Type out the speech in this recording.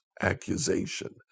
accusation